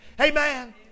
Amen